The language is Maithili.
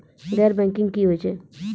गैर बैंकिंग की होय छै?